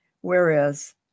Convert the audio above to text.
whereas